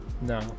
No